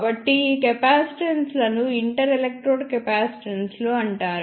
కాబట్టి ఈ కెపాసిటెన్స్లను ఇంటర్ ఎలక్ట్రోడ్ కెపాసిటెన్సులు అంటారు